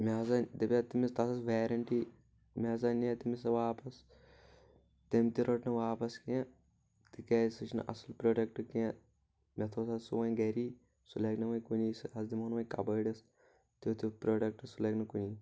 مےٚ حظ وۄنۍ دپیو تٔمِس تَتھ أس ویرنٹی مےٚ حظ انیے تٔمِس سۄ واپس تٔمۍ تہِ رٔٹۍ نہٕ واپس کیٚنٛہہ تِکیٛازِ سُہ چھنہٕ اَصل پروڈکٹ کیٚنٛہہ مےٚ تھوو سُہ وۄنۍ گرے سُہ لگہِ نہٕ وۄنۍ کُنے سُہ حظ دِموٗن وۄنۍ کبأڈِس تیُتھ ہیوٗ پروڈکٹ سُہ لگہِ نہٕ کُنے